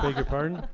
your pardon.